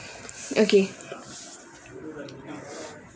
okay